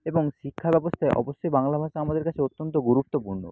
এবং শিক্ষা ব্যবস্থায় অবশ্যই বাংলা ভাষা আমাদের কাছে অত্যন্ত গুরুত্বপূর্ণ